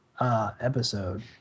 Episode